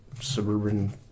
suburban